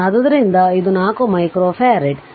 ಆದ್ದರಿಂದ ಇದು 4 ಮೈಕ್ರೋಫರಾಡ್ ಆಗುತ್ತದೆ